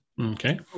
Okay